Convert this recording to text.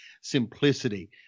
simplicity